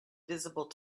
visible